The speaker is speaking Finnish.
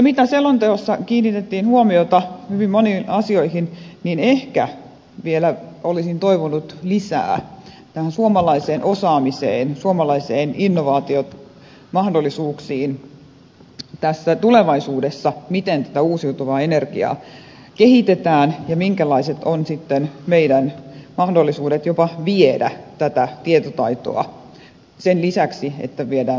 vaikka selonteossa kiinnitettiin huomiota hyvin moniin asioihin niin ehkä vielä olisin toivonut lisää tähän suomalaiseen osaamiseen suomalaisiin innovaatiomahdollisuuksiin tulevaisuudessa eli miten tätä uusiutuvaa energiaa kehitetään ja minkälaiset ovat sitten meidän mahdollisuutemme jopa viedä tätä tietotaitoa sen lisäksi että viedään suoraa tekniikkaa